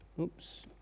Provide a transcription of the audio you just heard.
Oops